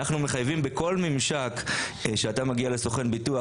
אנחנו מחייבים בכל ממשק שאתה מגיע לסוכן ביטוח,